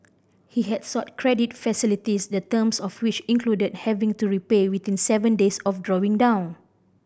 he had sought credit facilities the terms of which included having to repay within seven days of drawing down